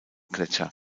gletscher